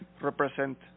represent